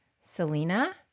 Selena